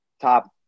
top